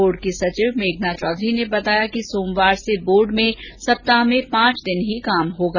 board की सचिव मेघना चौधरी ने बताया कि सोमवार से बोर्ड में सप्ताह में पांच दिन ही कार्य होगा